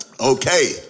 Okay